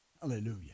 Hallelujah